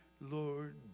Lord